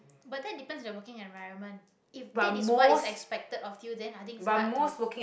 but that depends on your working environment if that is what is expected of you then i think it's hard to